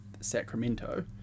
Sacramento